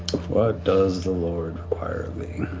what does the lord require thee?